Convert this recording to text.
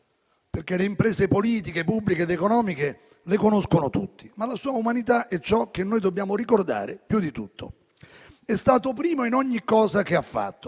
Le imprese politiche, pubbliche ed economiche, infatti, le conoscono tutti, ma la sua umanità è ciò che noi dobbiamo ricordare più di tutto. È stato primo in ogni cosa che ha fatto.